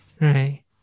right